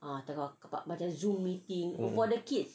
um